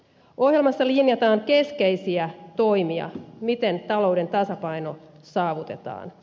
ohjelmassa linjataan keskeisiä toimia miten talouden tasapaino saavutetaan